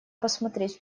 посмотреть